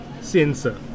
sensor